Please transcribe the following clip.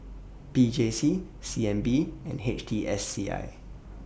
P J C C N B and H T S C I